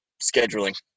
scheduling